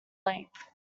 length